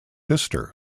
sister